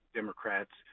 democrats